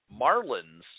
Marlins